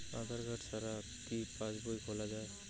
আধার card ছাড়া কি passbook খোলা যায়?